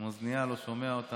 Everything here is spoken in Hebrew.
עם אוזנייה, לא שומע אותנו.